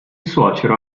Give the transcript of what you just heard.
suocero